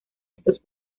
estos